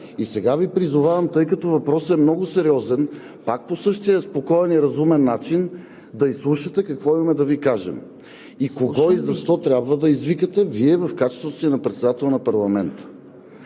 И сега Ви призовавам, тъй като въпросът е много сериозен, по същия спокоен и разумен начин да изслушате какво имаме да Ви кажем и кого трябва да извикате Вие в качеството си на председател на парламента.